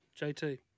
JT